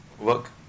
work